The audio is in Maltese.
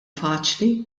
faċli